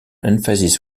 emphasis